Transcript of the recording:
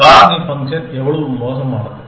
காரணி ஃபங்க்ஷன் எவ்வளவு மோசமானது